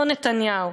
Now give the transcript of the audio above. לא נתניהו.